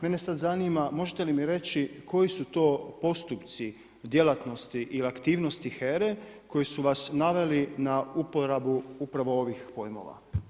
Mene sad zanima možete li mi reći koji su to postupci djelatnosti ili aktivnosti HERA-e koji su vas naveli na uporabu upravo ovih pojmova?